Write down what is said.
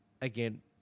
again